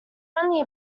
only